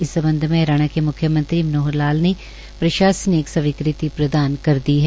इस संबंध में हरियाणा के म्ख्यमंत्री श्री मनोहर लाल ने प्राशसनिक स्वीकृति प्रदान कर दी है